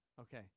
Okay